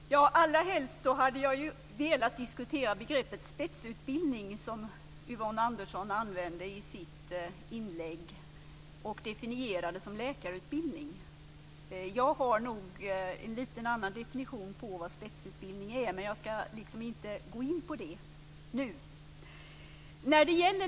Fru talman! Allra helst hade jag velat diskutera begreppet spetsutbildning, som Yvonne Andersson använde i sitt inlägg och definierade som läkarutbildning. Jag har nog en liten annan definition på vad spetsutbildning är, men jag ska inte gå in på det nu.